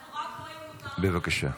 --- אנחנו רק רואים "הותר לפרסום",